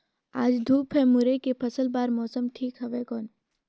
आज धूप हे मुरई के फसल बार मौसम ठीक हवय कौन?